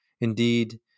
indeed